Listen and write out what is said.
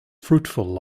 fruitful